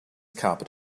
carpet